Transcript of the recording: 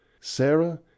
Sarah